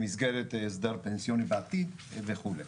במסגרת הסדר פנסיוני בעתיד, וכו'.